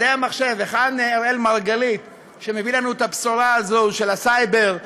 היכן אראל מרגלית שמביא לנו את הבשורה הזאת של הסייבר?